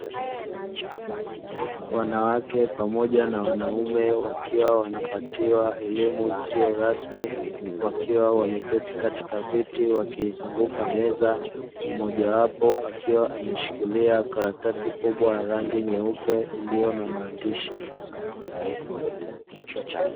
Wanawake pamoja na wanaume wakiwa wanapatiwa elimu isiyo rasmi, wakiwa wameketi katika viti wakizunguka meza, mjawapo akiwa ameshikilia karatasi kubwa ya rangi nyeupe, iliyo na maandishi.